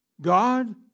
God